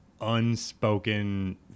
unspoken